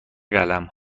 قلم